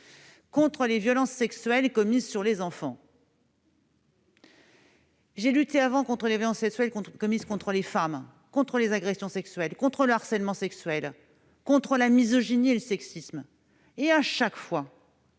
contre les violences sexuelles commises sur les enfants. Avant cela, j'ai lutté contre les violences sexuelles commises sur les femmes, contre les agressions sexuelles, contre le harcèlement sexuel, contre la misogynie, contre le sexisme. Or, chaque fois